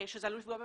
שזה עלול לפגוע בהם.